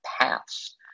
paths